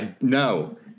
No